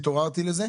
התעוררתי לזה.